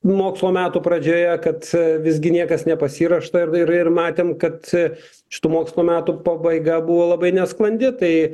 mokslo metų pradžioje kad visgi niekas nepasiruošta ir ir matėm kad šitų mokslo metų pabaiga buvo labai nesklandi tai